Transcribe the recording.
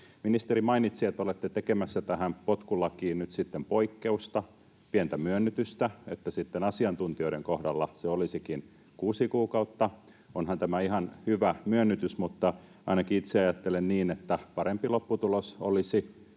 Ministeri mainitsi, että olette tekemässä tähän potkulakiin nyt sitten poikkeusta, pientä myönnytystä, että asiantuntijoiden kohdalla se olisikin kuusi kuukautta. Onhan tämä ihan hyvä myönnytys, mutta ainakin itse ajattelen niin, että parempi lopputulos olisi,